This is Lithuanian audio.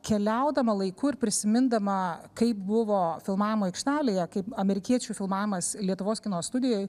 keliaudama laiku ir prisimindama kaip buvo filmavimo aikštelėje kaip amerikiečių filmavimas lietuvos kino studijoj